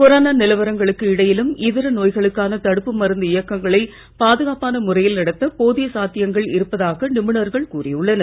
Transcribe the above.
corona நிலவரங்களுக்கு இடையிலும் இதர நோய்களுக்கான தடுப்பு மருந்து இயக்கங்களை பாதுகாப்பான முறையில் நடத்த போதிய சாத்தியங்கள் இருப்பதாக நிபுணர்கள் கூறியுள்ளனர்